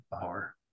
power